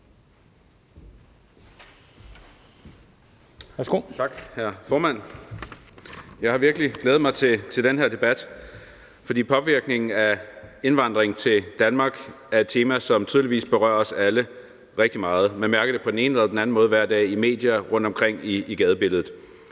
Jeg har virkelig glædet mig til den her debat, for påvirkningen af indvandringen til Danmark er et tema, som tydeligvis berører os alle rigtig meget. Man mærker det på den ene eller anden måde hver dag i medier og rundtomkring i gadebilledet.